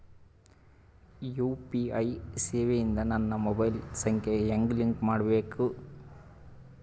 UPI ಸೇವೆ ಇಂದ ನನ್ನ ಮೊಬೈಲ್ ಸಂಖ್ಯೆ ಹೆಂಗ್ ಲಿಂಕ್ ಮಾಡಬೇಕು?